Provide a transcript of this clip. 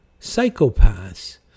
psychopaths